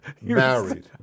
married